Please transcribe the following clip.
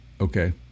okay